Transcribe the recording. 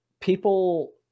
people